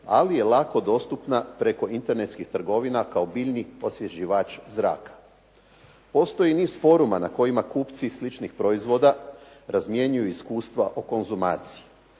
Ali je lako dostupna preko internetskih trgovina kao biljni osvježivač zraka. Postoji niz foruma na kojima kupci sličnih proizvoda razmjenjuju iskustva o konzumaciji.